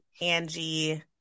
angie